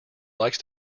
likes